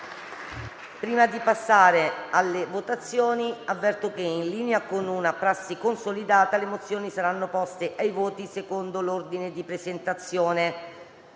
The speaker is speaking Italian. Prima di passare alla votazione, avverto che, in linea con una prassi consolidata, le mozioni saranno poste ai voti secondo l'ordine di presentazione.